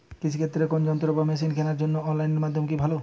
কৃষিদের কোন যন্ত্র বা মেশিন কেনার জন্য অনলাইন মাধ্যম কি ভালো?